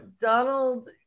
Donald